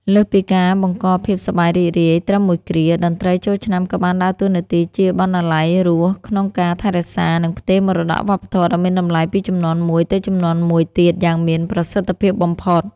លើសពីការបង្កភាពសប្បាយរីករាយត្រឹមមួយគ្រា តន្ត្រីចូលឆ្នាំក៏បានដើរតួនាទីជាបណ្ណាល័យរស់ក្នុងការថែរក្សា និងផ្ទេរមរតកវប្បធម៌ដ៏មានតម្លៃពីជំនាន់មួយទៅជំនាន់មួយទៀតយ៉ាងមានប្រសិទ្ធភាពបំផុត។